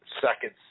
seconds